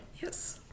yes